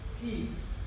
peace